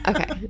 Okay